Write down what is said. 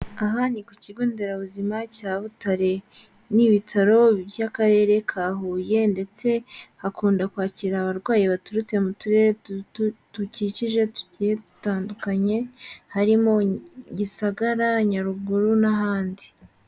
Aha ni ku kigonderabuzima cya Butare. Ni Ibitaro by'Akarere ka Huye ndetse hakunda kwakira abarwayi baturutse mu turere dukikije tugiye dutandukanye harimo: Gisagara, Nyaruguru, n'ahandi.